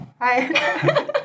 hi